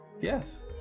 Yes